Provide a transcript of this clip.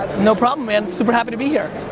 no problem, man, super happy to be here!